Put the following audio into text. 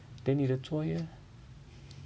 then 你的坐月 leh